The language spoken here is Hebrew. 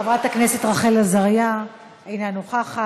חברת הכנסת רחל עזריה, אינה נוכחת.